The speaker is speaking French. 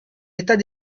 état